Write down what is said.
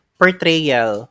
portrayal